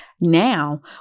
now